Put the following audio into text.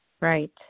Right